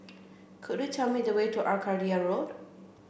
could you tell me the way to Arcadia Road